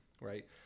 right